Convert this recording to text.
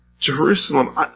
Jerusalem